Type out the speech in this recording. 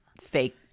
fake